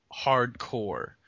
hardcore